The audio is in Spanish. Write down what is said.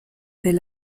del